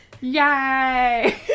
yay